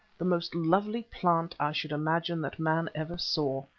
the most lovely plant, i should imagine, that man ever saw.